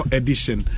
edition